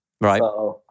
Right